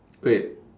wait